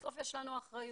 בסוף יש לנו אחריות.